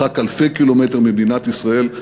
מרחק אלפי קילומטרים ממדינת ישראל,